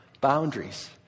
Boundaries